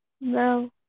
No